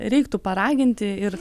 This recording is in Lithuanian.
reiktų paraginti ir